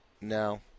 No